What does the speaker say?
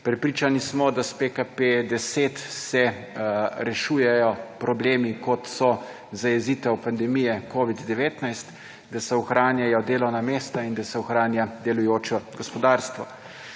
Prepričani smo, da s PKP 10 se rešujejo problemi, kot so zajezitev pandemije Covid-19, da se ohranjajo delovna mesta in da se ohranja delujoče gospodarstvo.